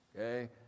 okay